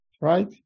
right